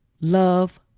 love